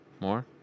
More